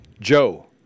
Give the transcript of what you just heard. Joe